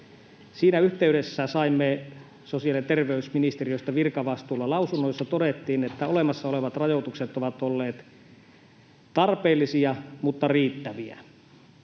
Siinä yhteydessä saimme sosiaali- ja terveysministeriöstä virkavastuulla lausunnon, jossa todettiin, että olemassa olevat rajoitukset ovat olleet tarpeellisia mutta riittäviä.